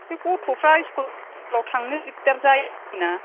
बे गथ'फ्रा इस्खुलाव थांनो दिग्दार जायोना